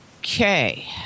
Okay